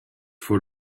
for